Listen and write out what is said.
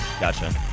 Gotcha